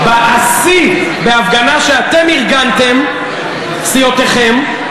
השיא, בהפגנה שאתם ארגנתם, סיעותיכם,